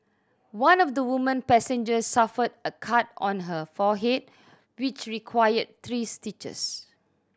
one of the woman passengers suffered a cut on her forehead which required three stitches